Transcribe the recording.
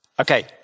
Okay